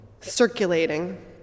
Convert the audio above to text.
circulating